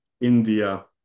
India